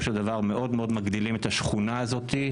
של דבר מאוד מגדילים את השכונה הזאת,